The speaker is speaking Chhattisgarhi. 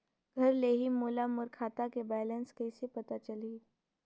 घर ले ही मोला मोर खाता के बैलेंस कइसे पता चलही?